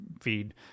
feed